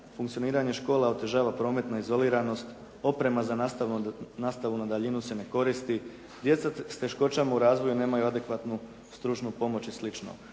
funkcioniranje škola otežava prometnu izoliranost, oprema za nastavu na daljinu se ne koristi, djeca sa teškoćama u razvoju nemaju adekvatnu stručnu pomoć i